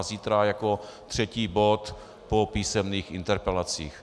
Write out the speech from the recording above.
Zítra jako třetí bod po písemných interpelacích.